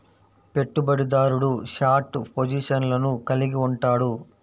పెట్టుబడిదారుడు షార్ట్ పొజిషన్లను కలిగి ఉంటాడు